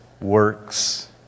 works